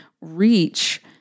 reach